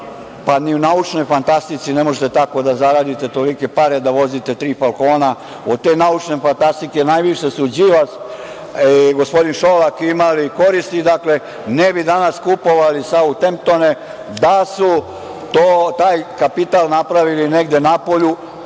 Ni u naučnoj fantastici ne možete toliko da zaradite, tolike pare, da vozite tri „falkona“. Od te naučne fantastike najviše su Đilas i gospodin Šolak imali koristi. Dakle, ne bi danas kupovali Sautemptone da su taj kapital napravili negde napolju,